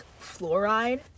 fluoride